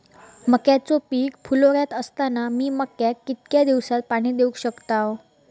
मक्याचो पीक फुलोऱ्यात असताना मी मक्याक कितक्या दिवसात पाणी देऊक शकताव?